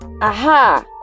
Aha